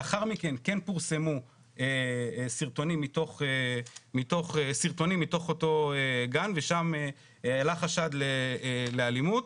לאחר מכן כן פורסמו סרטונים מתוך אותו גן ושם עלה חשד לאלימות,